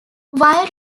while